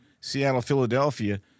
Seattle-Philadelphia